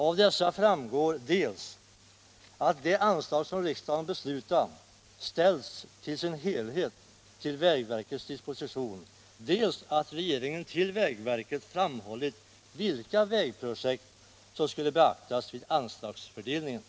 Av dessa framgår dels att det anslag som riksdagen beslutat om i sin helhet ställts till vägverkets disposition, dels att regeringen för vägverket framhållit vilka vägprojekt som skulle beaktas vid anslagsfördelningen.